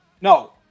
No